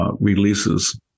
releases